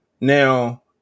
Now